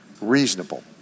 reasonable